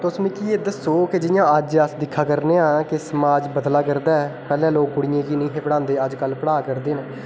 तुस मिगी एह् दस्सो की जि'यां अज्ज अस दिक्खा करने आं की समाज बदला करदा ऐ पैह्लें लोग कुड़ियें गी निं हे पढ़ांदे अज्ज कल पढ़ा करदे न